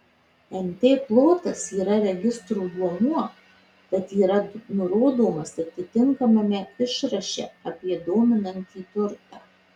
nt plotas yra registro duomuo tad yra nurodomas atitinkamame išraše apie dominantį turtą